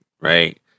right